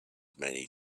many